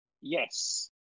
Yes